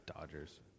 Dodgers